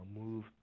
move